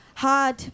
hard